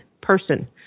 person